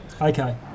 Okay